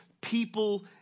people